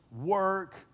work